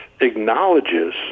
acknowledges